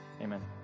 amen